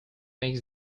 make